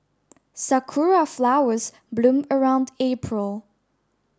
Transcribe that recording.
sakura flowers bloom around April